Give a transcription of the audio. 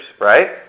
right